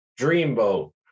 Dreamboat